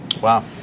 Wow